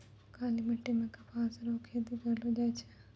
काली मिट्टी मे कपास रो खेती करलो जाय छै